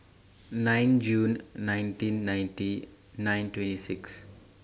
nine June nineteen ninety nine twenty six